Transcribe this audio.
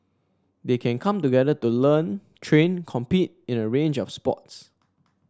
they can come together to learn train compete in a range of sports